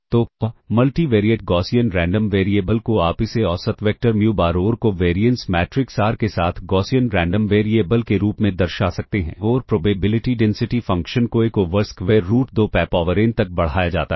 तो multivariate Gaussian random variable को आप इसे औसत वेक्टर म्यू बार और कोवेरिएंस मैट्रिक्स R के साथ गॉसियन रैंडम वेरिएबल के रूप में दर्शा सकते हैं और प्रोबेबिलिटी डेंसिटी फ़ंक्शन को 1 over square root 2 pi power n तक बढ़ाया जाता है